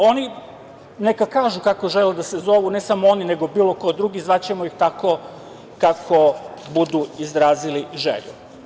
Oni neka kažu kako žele da se zovu, ne samo oni nego bilo kog drugi, zvaćemo ih tako kako budu izrazili želju.